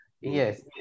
Yes